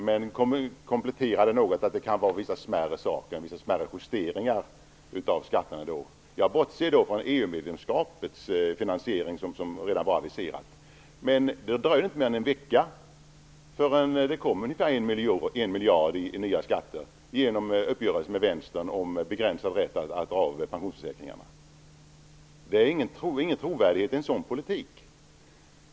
Men han kompletterade det svaret något genom att säga att det kan vara fråga om vissa smärre saker, vissa smärre justeringar av skatterna. Jag bortser då från EU-medlemskapets finansiering, som ju redan var aviserad. Det dröjde emellertid inte mer än en vecka förrän det blev ungefär 1 miljard i nya skatter genom uppgörelsen med Vänstern om begränsad rätt att dra av för pensionsförsäkringar. Det ligger ingen trovärdighet i en sådan politik.